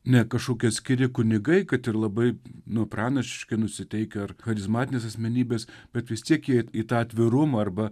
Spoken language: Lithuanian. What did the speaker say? ne kažkokie atskiri kunigai kad ir labai nu pranašiškai nusiteikę ar charizmatinės asmenybės bet vis tiek jie į tą atvirumą arba